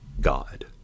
God